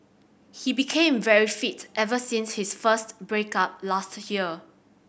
he became very fit ever since his first break up last year